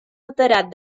alterat